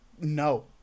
no